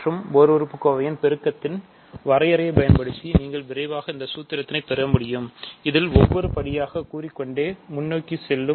மற்றும் ஓர் உறுப்பு கோவையின் பெருக்கத்தின் வரையறையைப் பயன்படுத்தி நீங்கள் விரைவாக இந்த சூத்திரத்தை பெறமுடியும் இதில் ஒவ்வொரு படியாக கூடிக்கொண்டே முன்னோக்கி செல்லும்